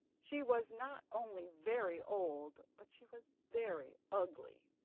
she was not only very old, but she was very ugly,